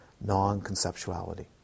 non-conceptuality